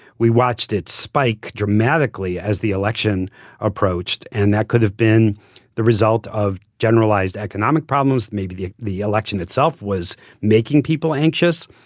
we watched it spike dramatically as the election approached, and that could have been the result of generalized economic problems, maybe the the election itself was making people anxious.